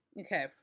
Okay